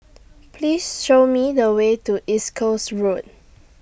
Please Show Me The Way to East Coast Road